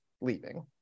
leaving